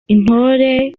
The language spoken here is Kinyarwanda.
intore